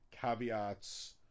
caveats